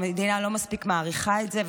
המדינה לא מספיק מעריכה את זה,